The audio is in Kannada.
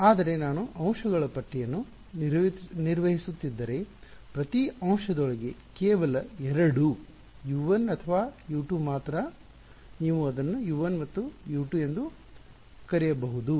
ಆದರೆ ನಾನು ಅಂಶಗಳ ಪಟ್ಟಿಯನ್ನು ನಿರ್ವಹಿಸುತ್ತಿದ್ದರೆ ಪ್ರತಿ ಅಂಶದೊಳಗೆ ಕೇವಲ ಎರಡು U1 ಅಥವಾ U2 ಮಾತ್ರ ನೀವು ಅದನ್ನು U1 ಮತ್ತು U2 ಎಂದು ಬರೆಯಬಹುದು